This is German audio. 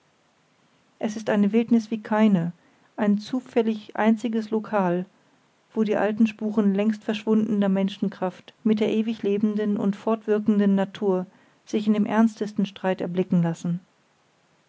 es ist eine wildnis wie keine ein zufällig einziges lokal wo die alten spuren längst verschwundener menschenkraft mit der ewig lebenden und fortwirkenden natur sich in dem ernstesten streit erblicken lassen